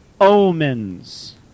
omens